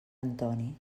antoni